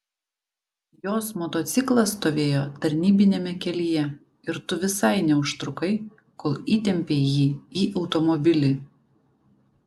jos motociklas stovėjo tarnybiniame kelyje ir tu visai neužtrukai kol įtempei jį į automobilį